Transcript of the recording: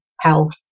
health